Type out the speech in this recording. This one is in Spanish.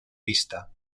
pista